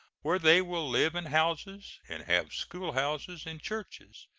where they will live in houses, and have schoolhouses and churches,